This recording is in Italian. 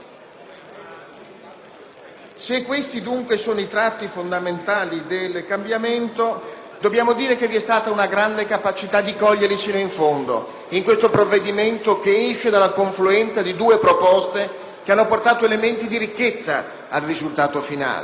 Se questi dunque sono i tratti fondamentali del cambiamento, dobbiamo dire che vi è stata una grande capacità di coglierli fino in fondo in questo provvedimento che esce dalla confluenza di due proposte che hanno portato elementi di ricchezza al risultato finale.